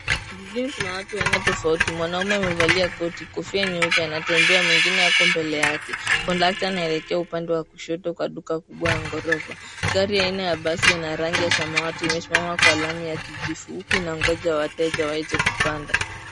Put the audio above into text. Mwanaume amevaa koti la rangi nyeupe na anatembea kuelekea mahali fulani. Picha yake inatokea kushoto kwa duka kubwa lenye ghorofa. Basi la rangi ya chungwa na samawati limeegeshwa karibu, likingoja abiria wapande